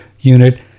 unit